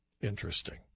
Interesting